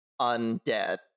undead